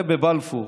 הרי בבלפור